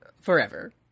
forever